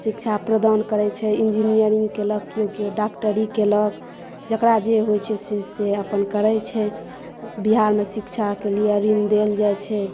शिक्षा प्रदान करै छै ईंजिनीयरिंग केलक केओ केओ डॉक्टरी केलक जेकरा जे होइ छै से अपन करै छै बिहारमे शिक्षाके लिय ऋण देल जाइ छै